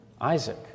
Isaac